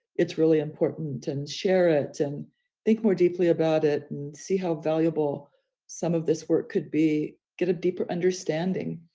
it's really important and share it and think more deeply about it and see how valuable some of this work could be get a deeper understanding.